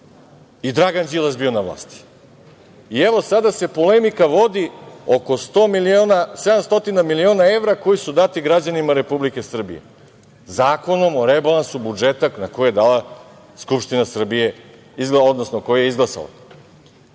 i Dragan Đilas bio na vlasti, i evo sada se polemika vodi oko 700 miliona evra koji su dati građanima Republike Srbije, Zakonom o rebalansu budžeta, a koje je dala Skupština Srbije, odnosno koja je izglasala.